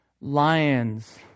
lions